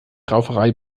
rauferei